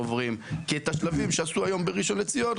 עוברים כי את השלבים שעשו היום בראשון לציון,